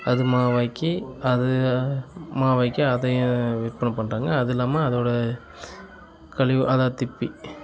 அது மாவாக்கி அது மாவாக்கி அதையே விற்பனை பண்ணுறாங்க அதில்லாமல் அதோடய கழிவு அதாவது திப்பி